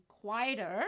quieter